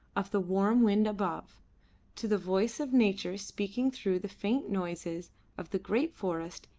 of the warm wind above to the voice of nature speaking through the faint noises of the great forest,